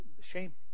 shame